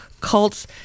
Cults